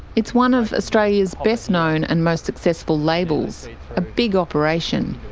it's one of australia's best known and most successful labels, a big operation,